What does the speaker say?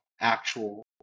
actual